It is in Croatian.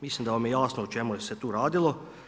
Mislim da vas je jasno o čemu se tu radilo.